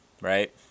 right